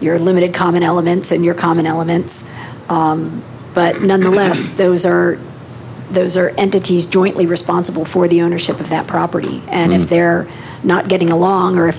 your limited common elements and your common elements but nonetheless those are those are entities jointly responsible for the ownership of that property and if they're not getting along or if